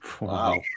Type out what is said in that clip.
Wow